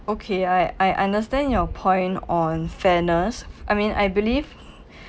okay I I understand your point on fairness I mean I believe